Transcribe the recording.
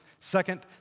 second